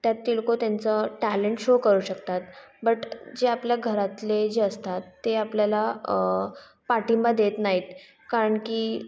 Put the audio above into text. त्यात ते लोकं त्यांचे टॅलेन्ट शो करू शकतात बट जे आपल्या घरातले जे असतात ते आपल्याला पाठिंबा देत नाहीत कारण की